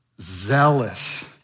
zealous